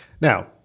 Now